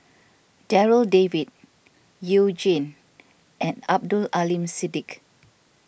Darryl David You Jin and Abdul Aleem Siddique